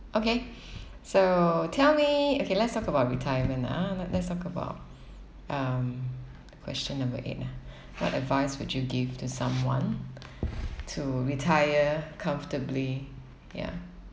okay so tell me okay let's talk about retirement ah l~ let's talk about um question number eight ah what advice would you give to someone to retire comfortably ya